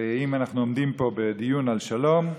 ואם אנחנו עומדים פה בדיון על שלום,